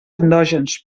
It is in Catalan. endògens